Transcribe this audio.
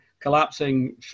collapsing